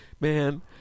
man